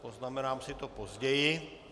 Poznamenám si to později.